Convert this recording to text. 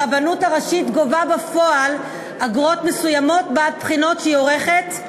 הרבנות הראשית גובה בפועל אגרות מסוימות בעד בחינות שהיא עורכת,